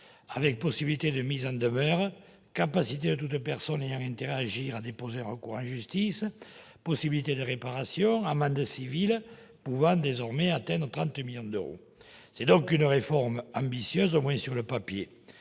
avec possibilité de mise en demeure, capacité de toute personne ayant intérêt à agir à déposer un recours en justice, réparations et amende civile pouvant atteindre désormais 30 millions d'euros. C'est donc une réforme ambitieuse, au moins sur le papier.